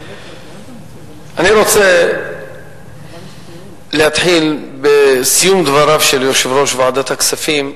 אני רוצה להתחיל בסיום דבריו של יושב-ראש ועדת הכספים,